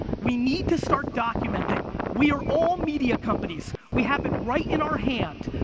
we need to start documenting. we're all media companies. we have it right in our hand.